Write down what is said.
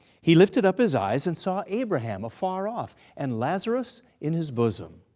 he lifted up his eyes and saw abraham afar off and lazarus in his bosom.